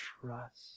trust